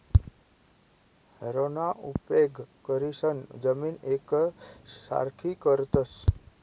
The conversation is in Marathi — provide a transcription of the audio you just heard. हॅरोना उपेग करीसन जमीन येकसारखी करतस